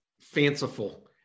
fanciful